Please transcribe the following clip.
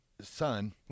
son